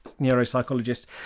neuropsychologists